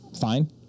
fine